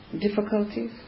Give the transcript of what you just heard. difficulties